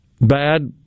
bad